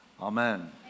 Amen